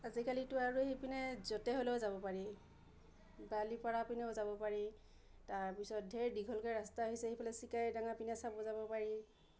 আজিকালিতো আৰু সেইপিনে য'তে হ'লেও যাব পাৰি বালিপাৰা পিনেও যাব পাৰি তাৰ পাছত ঢেৰ দীঘলকৈ ৰাস্তা হৈছে এইফালে চিকাৰীডাঙা পিনে চাব যাব পাৰি